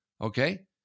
okay